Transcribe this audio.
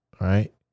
right